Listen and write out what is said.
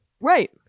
Right